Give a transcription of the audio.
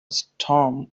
storm